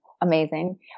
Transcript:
amazing